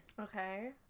Okay